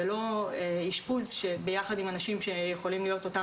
ולא אשפוז ביחד עם אנשים שיכולים להיות אותם